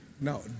Now